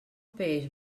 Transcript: peix